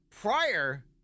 Prior